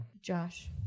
josh